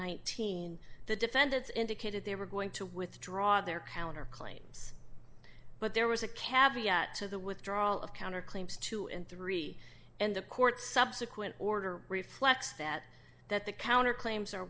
nineteen the defendants indicated they were going to withdraw their counter claims but there was a cab yet to the withdrawal of counterclaims two dollars and three dollars and the court subsequent order reflects that that the counter claims are